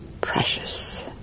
precious